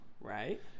right